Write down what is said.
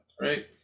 right